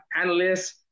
analysts